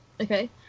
okay